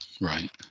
right